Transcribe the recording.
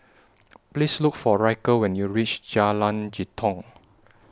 Please Look For Ryker when YOU REACH Jalan Jitong